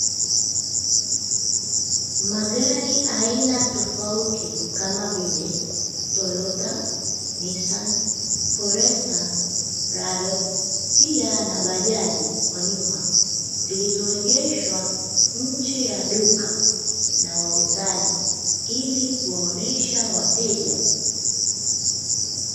Magari aina tofauti kama vile Toyota, Nissan, Forester, Prado, pia na bajaji kwa nyuma zilizoegeshwa nje ya duka na wauzaji ili kuwaonesha wateja.